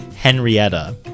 Henrietta